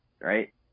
right